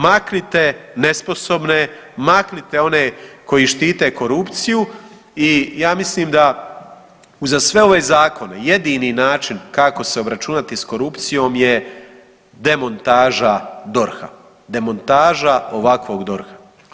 Maknite nesposobne, maknite one koji štite korupciju i ja mislim da uza sve ove zakone jedini način kako se obračunati s korupcijom je demontaža DORH-a, demontaža ovakvog DORH-a.